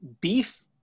Beef